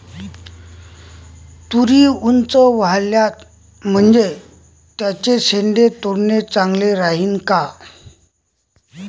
तुरी ऊंच वाढल्या म्हनजे त्याचे शेंडे तोडनं चांगलं राहीन का?